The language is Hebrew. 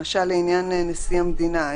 למשל לעניין נשיא המדינה,